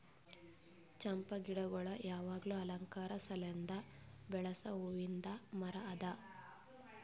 ಚಂಪಾ ಗಿಡಗೊಳ್ ಯಾವಾಗ್ಲೂ ಅಲಂಕಾರ ಸಲೆಂದ್ ಬೆಳಸ್ ಹೂವಿಂದ್ ಮರ ಅದಾ